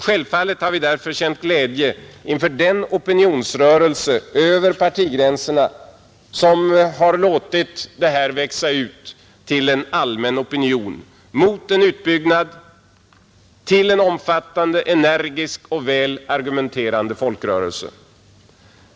Självfallet har vi därför känt glädje inför den opinionsrörelse över partigränserna, som vuxit fram till en omfattande, energisk och väl argumenterande folkrörelse.